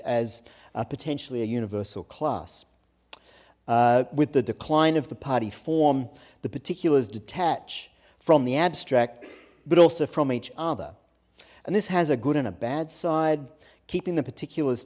as potentially a universal class with the decline of the party form the particulars detach from the abstract but also from each other and this has a good and a bad side keeping the particulars